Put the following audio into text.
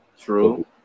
True